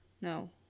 No